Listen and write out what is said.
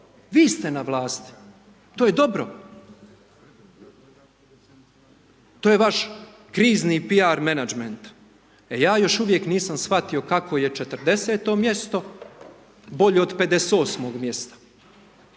vi ste na vlasti, to je dobro, to je vaš krizni piar menadžment. E ja još uvijek nisam shvatio kako je 40-to mjesto bolje od 58-og mjesta,